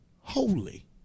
holy